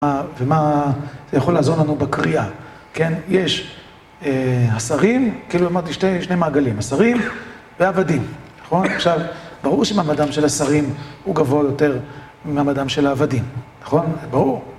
ומה זה יכול לעזור לנו בקריאה יש השרים, כאילו אמרתי, שני מעגלים השרים ועבדים. עכשיו, ברור שמעמדם של השרים הוא גבוה יותר ממעמדם של העבדים, נכון? זה ברור.